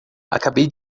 acabei